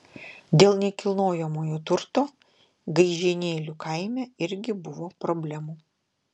dėl nekilnojamojo turto gaižėnėlių kaime irgi buvo problemų